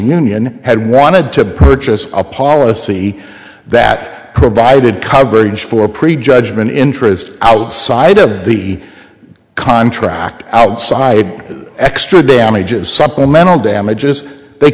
union had wanted to purchase a policy that provided coverage for prejudgment interest out side of the contract outside extra damages supplemental damages they